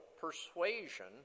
persuasion